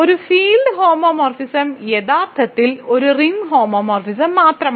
ഒരു field homomorphism യഥാർത്ഥത്തിൽ ഒരു റിംഗ് ഹോമോമോർഫിസം മാത്രമാണ്